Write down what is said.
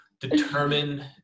determine